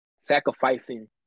sacrificing